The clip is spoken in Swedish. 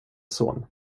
son